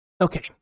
okay